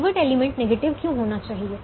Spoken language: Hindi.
पिवट एलिमेंट नेगेटिव क्यों होना चाहिए